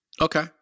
Okay